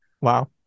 Wow